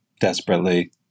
desperately